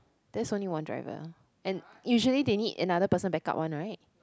there is only one driver and usually they need another person back up one right